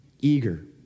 eager